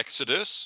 Exodus